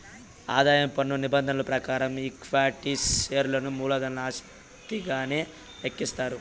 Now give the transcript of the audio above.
ఆదాయం పన్ను నిబంధనల ప్రకారం ఈక్విటీ షేర్లను మూలధన ఆస్తిగానే లెక్కిస్తారు